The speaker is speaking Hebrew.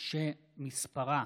שמספרה